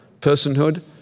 Personhood